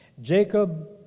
Jacob